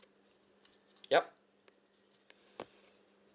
ya